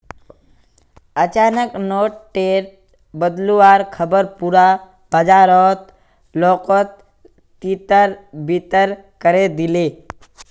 अचानक नोट टेर बदलुवार ख़बर पुरा बाजारेर लोकोत तितर बितर करे दिलए